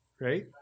Right